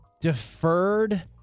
deferred